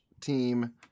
team